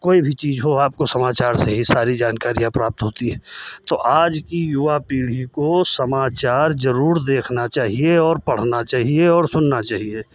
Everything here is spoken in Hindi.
कोई भी चीज़ हो आपको समाचार से ही सारी जानकारियाँ प्राप्त होती हैं तो आज की युवा पीढ़ी को समाचार ज़रूर देखना चाहिए और पढ़ना चाहिए और सुनना चाहिए